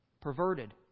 perverted